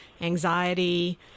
anxiety